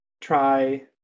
try